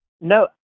No